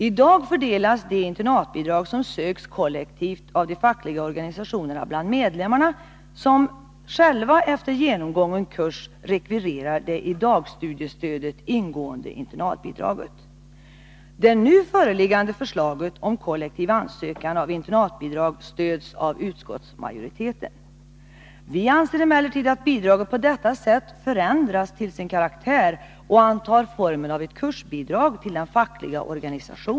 I dag fördelas de internatbidrag som söks kollektivt av de fackliga organisationerna bland medlemmarna, som själva efter genomgången kurs rekvirerar det i dagstudiestödet ingående internatbidraget. Det nu föreliggande förslaget om kollektiv ansökan om internatbidrag stöds av utskottsmajoriteten. Vi anser emellertid att bidraget på detta sätt förändras till sin karaktär och antar formen av ett kursbidrag till den fackliga organisationen.